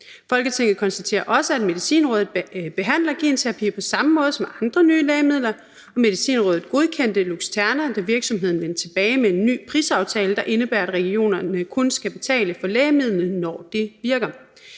Folketinget konstaterer også, at Medicinrådet behandler genterapier på samme måde som andre nye lægemidler. Medicinrådet godkendte Luxturna, da virksomheden vendte tilbage med en ny prisaftale, der indebærer, at regionerne kun skal betale for lægemidlet, når det virker.